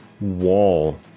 wall